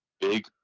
big